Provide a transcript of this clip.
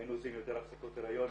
היינו יותר הפסקות הריון,